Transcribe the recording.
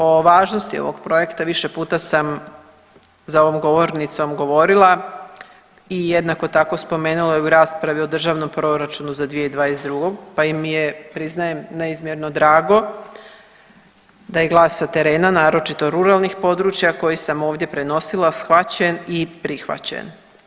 O važnosti ovog projekta više puta sam za ovom govornicom govorila i jednako tako, spomenula u raspravi o Državnom proračunu za 2022. pa im je neizmjerno drago da je glas sa terena, naročito ruralnih područja koji sam ovdje prenosila, shvaćen i prihvaćen.